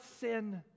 sin